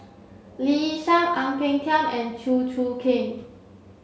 Lee Yi Shyan Ang Peng Tiam and Chew Choo Keng